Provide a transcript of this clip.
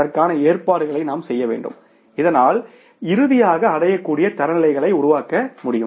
அதற்கான ஏற்பாடுகளை நாம் செய்ய வேண்டும் இதனால் இறுதியாக அடையக்கூடிய தரநிலைகளை உருவாக்க முடியும்